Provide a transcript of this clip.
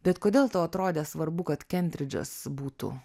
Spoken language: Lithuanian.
bet kodėl tau atrodė svarbu kad kentridžas būtų